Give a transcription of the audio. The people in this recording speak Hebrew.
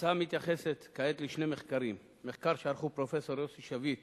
ההצעה מתייחסת כעת לשני מחקרים: מחקר שערכו פרופסור יוסי שביט